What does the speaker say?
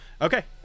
Okay